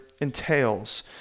entails